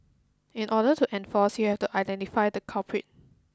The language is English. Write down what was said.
in order to enforce you have to identify the culprit